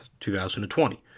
2020